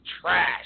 trash